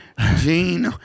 Gene